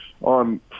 on